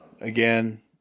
again